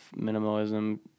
minimalism